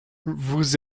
vous